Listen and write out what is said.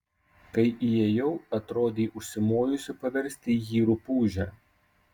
kai įėjau atrodei užsimojusi paversti jį rupūže